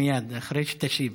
מייד, אחרי שתשיב.